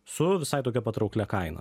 su visai tokia patrauklia kaina